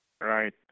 Right